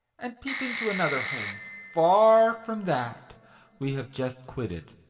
and peep into another home, far from that we have just quitted.